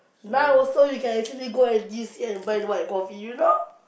now also you can actually go N_T_U_C and buy white coffee you know